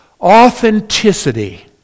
Authenticity